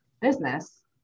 business